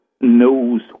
knows